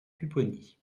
pupponi